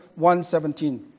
1.17